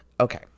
Okay